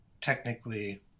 technically